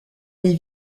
les